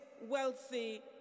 wealthy